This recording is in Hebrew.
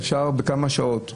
אפשר להעביר בכמה שעות.